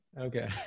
Okay